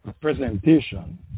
presentation